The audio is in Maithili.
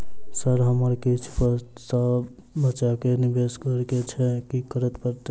सर हमरा किछ पैसा बचा कऽ निवेश करऽ केँ छैय की करऽ परतै?